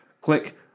Click